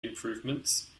improvements